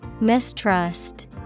Mistrust